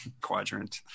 quadrant